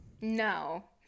No